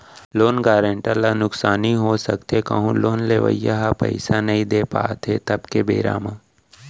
loan guarantor ल नुकसानी हो सकथे कहूँ लोन लेवइया ह पइसा नइ दे पात हे तब के बेरा म